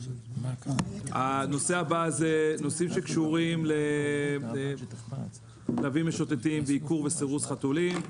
הנושא הבא כלבים משוטטים, עיקור וסירוס חתולים.